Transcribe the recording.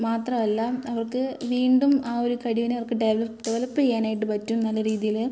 മാത്രമല്ല അവർക്ക് വീണ്ടും ആ ഒരു കഴിവിനെ അവർക്ക് ഡെവലപ്പ് ഡെവലപ്പ് ചെയ്യാനായിട്ട് പറ്റും നല്ല രീതിയിൽ